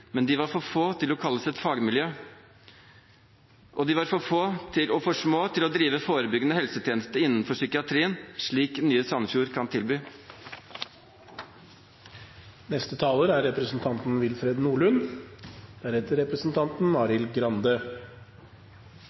men de var for få til å kalles et fagmiljø, og de var for få og for små til å drive forebyggende helsetjeneste innenfor psykiatrien, slik nye Sandefjord kan tilby. Jeg betviler sterkt at forrige taler var den første ordføreren som initierte kommunesammenslåing. Så gammel tror jeg ikke at representanten er.